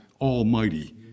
almighty